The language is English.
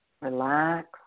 relax